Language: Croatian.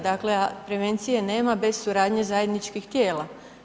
Dakle, prevencije nema bez suradnje zajedničkih tijela.